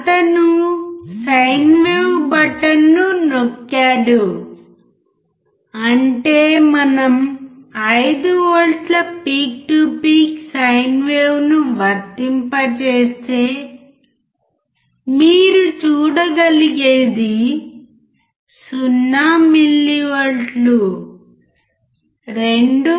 అతను sine wave బటన్ను నొక్కాడు అంటే మనం 5 వోల్ట్ల పీక్ టు పీక్ సైన్ వేవ్ను వర్తింపజేస్తే మీరు చూడగలిగేది 0 మిల్లీవోల్ట్లు 2